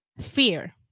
Fear